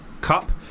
Cup